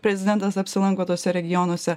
prezidentas apsilanko tuose regionuose